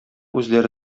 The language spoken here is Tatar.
үзләре